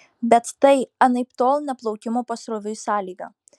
bet tai anaiptol ne plaukimo pasroviui sąlyga